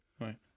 right